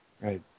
Right